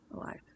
Alive